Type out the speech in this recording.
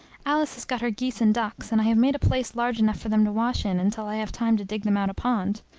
alice has got her geese and ducks, and i have made a place large enough for them to wash in, until i have time to dig them out a pond.